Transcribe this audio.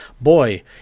boy